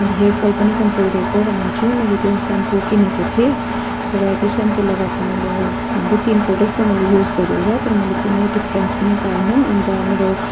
अन्त hair fall पनि control गर्छ भनेर चाहिँ मैले त्यो सेम्पू किनेको थिएँ तर त्यो सेम्पू लगाको मैले दुई तिनपल्ट जस्तो मैले युज गरेँ होला तर मैले कुनै डिफ्रेन्स पनि पाइनँ अन्त मेरो